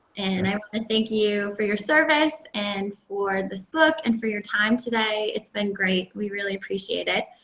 and um i thank you for your service, and for this book, and for your time today. it's been great. we really appreciate it.